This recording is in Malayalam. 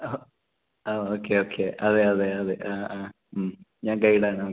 ആ ഓക്കെ ഓക്കെ അതെ അതെ അതെ ആ ആ ഉം ഞാൻ ഗൈഡ് ആണ്